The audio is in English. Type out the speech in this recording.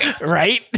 Right